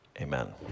amen